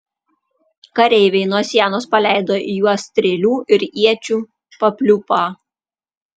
kareiviai nuo sienos paleido į juos strėlių ir iečių papliūpą